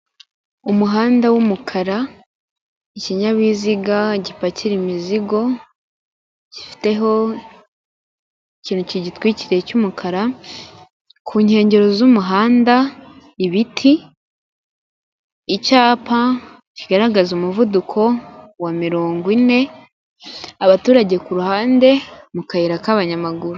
Umuhanda w'umukara ikinyabiziga gipakira imizigo gifite ikintu kigitwikiriye cy'umukara, ku nkengero z'umuhanda, ibiti, icyapa kigaragaza umuvuduko wa mirongo ine, abaturage ku ruhande mu kayira k'abanyamaguru.